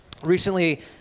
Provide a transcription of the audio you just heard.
Recently